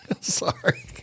Sorry